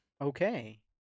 Okay